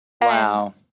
Wow